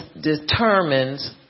determines